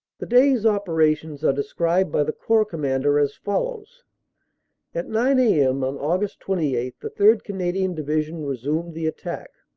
the day's operations are described by the corps com mander as follows at nine a m. on aug. twenty eight the third. canadian division resumed the attack,